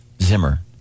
Zimmer